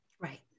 Right